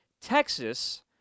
Texas